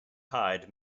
hyde